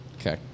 Okay